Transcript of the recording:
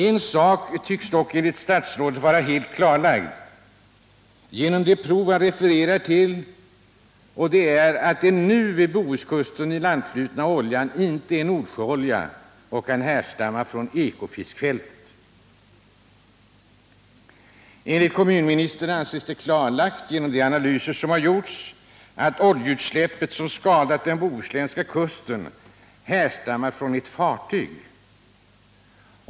En sak tycks dock enligt statsrådet vara helt klarlagd genom de prov han refererar till, och det är att den nu vid Bohuskusten ilandflutna oljan inte är Nordsjöolja som kan härstamma från Ekofiskfältet. Enligt kommunministern anses det klarlagt, genom de analyser som gjorts, att oljeutsläppet som skadat den bohuslänska kusten härstammar från ett fartyg.